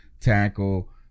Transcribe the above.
tackle